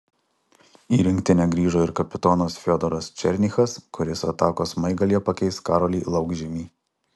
į rinktinę grįžo ir kapitonas fiodoras černychas kuris atakos smaigalyje pakeis karolį laukžemį